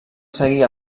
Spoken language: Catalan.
seguir